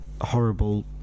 horrible